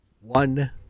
one